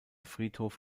friedhof